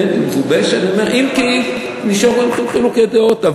כן, מגובשת, אם כי נשארו חילוקי דעות.